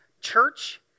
church